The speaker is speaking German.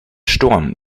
sturm